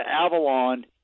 Avalon